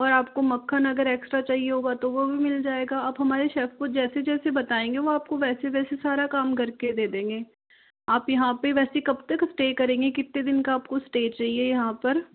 और आपको मक्खन आगर एक्स्ट्रा चाहिए होगा तो वो भी मिल जाएगा आप हमारे शेफ को को जैसे जैसे बताएंगे वह आपको वैसे वैसे सारा काम करके दे देंगे आप यहाँ पर वैसे कब तक स्टे करेंगे कितने दिन का आपको स्टे चाहिए यहाँ पर